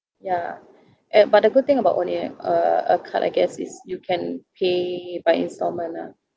ya and but the good thing about only a a card I guess is you can pay by instalment ah